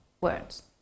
words